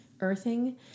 earthing